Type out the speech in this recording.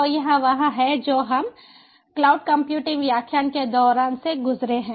तो यह वह है जो हम क्लाउड कंप्यूटिंग व्याख्यान के दौरान से गुज़रे हैं